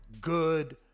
good